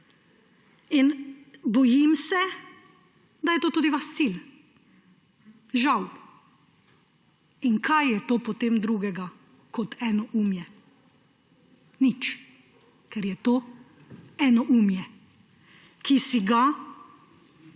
Bojim se, da je to tudi vaš cilj. Žal. In kaj je to potem drugega kot enoumje? Nič, ker je to enoumje, ki si ga